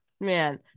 man